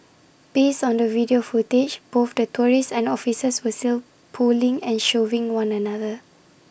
based on the video footage both the tourists and officers were sell pulling and shoving one another